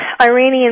Iranian